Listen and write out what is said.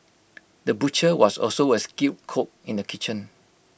the butcher was also A skilled cook in the kitchen